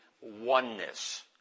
oneness